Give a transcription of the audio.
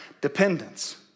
dependence